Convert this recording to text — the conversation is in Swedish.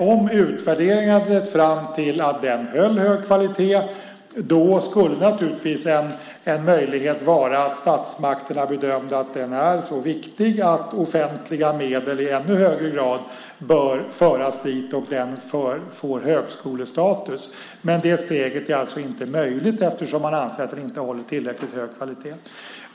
Om utvärderingen hade lett fram till att den höll hög kvalitet, skulle naturligtvis en möjlighet ha varit att statsmakterna hade bedömt att den var så viktig att offentliga medel i ännu högre grad borde föras dit och att den skulle ha högskolestatus. Men det steget var alltså inte möjligt eftersom man ansåg att den inte håller tillräckligt hög kvalitet.